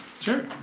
Sure